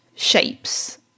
shapes